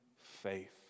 faith